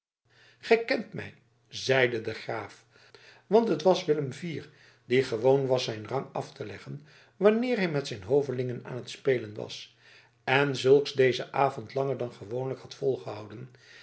kent mij zeide de graaf want het was willem iv zelf die gewoon was zijn rang af te leggen wanneer hij met zijn hovelingen aan t spelen was en zulks dezen avond langer dan gewoonlijk had